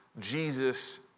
Jesus